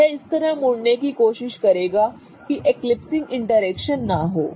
यह इस तरह मुड़ने की कोशिश करेगा कि एकलिप्सिंग इंटरेक्शन ना हों